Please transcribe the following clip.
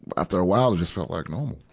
but after a while, it just felt like normal.